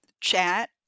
chat